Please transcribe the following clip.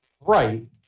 Right